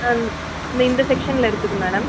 ஆ இந்த இந்த செக்ஷனில் இருக்குது மேடம்